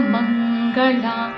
Mangala